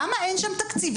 למה אין שם תקציבים?